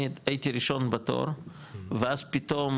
אני הייתי ראשון בתור ואז פתאום,